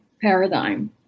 paradigm